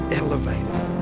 elevated